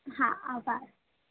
હા આભાર